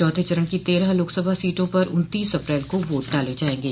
चौथे चरण की तेरह लोकसभा सीटों पर उन्तीस अप्रैल को वोट डाले जायेंगे